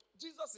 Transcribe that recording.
Jesus